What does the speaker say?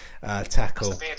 tackle